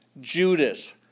Judas